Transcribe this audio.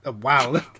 Wow